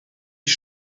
ich